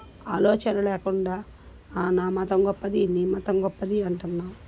ఆలోచన లేకుండా ఆ నా మతం గొప్పది నీ మతం గొప్పది అంటున్నాం